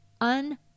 un